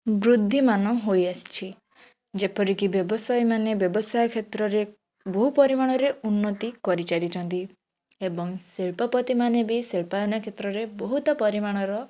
ବୃଦ୍ଧିମାନ ହୋଇଆସଛି ଯେପରିକି ବ୍ୟବସାୟୀମାନେ ବ୍ୟବସାୟ କ୍ଷେତ୍ରରେ ବହୁପରିମାଣରେ ଉନ୍ନତି କରିଚାଲିଚନ୍ତି ଏବଂ ଶିଳ୍ପପତିମାନେ ବି ଶିଳ୍ପାୟନ କ୍ଷେତ୍ରରେ ବହୁତ ପରିମାଣର